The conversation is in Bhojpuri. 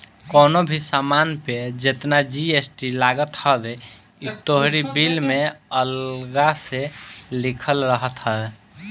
कवनो भी सामान पे जेतना जी.एस.टी लागत हवे इ तोहरी बिल में अलगा से लिखल रहत हवे